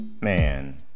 man